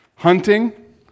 Hunting